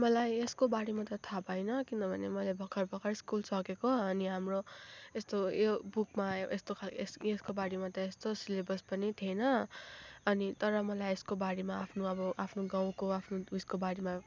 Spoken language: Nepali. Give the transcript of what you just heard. मलाई यसकोबारेमा त थाहा भएन किनभने मैले भर्खर भर्खर स्कुल सकेको अनि हाम्रो यस्तो यो बुकमा यो यस्तोखाले यसकोबारेमा त यस्तो सिलेबस पनि थिएन अनि तर मलाई यसकोबारेमा आफ्नो अब गाउँको आफ्नो उयेसकोबारेमा